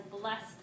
blessed